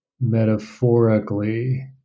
metaphorically